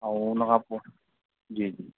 ऐं हुन खां पोइ जी जी